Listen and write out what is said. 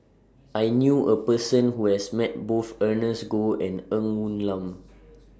I knew A Person Who has Met Both Ernest Goh and Ng Woon Lam